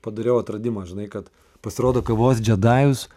padariau atradimą žinai kad pasirodo kavos džedajus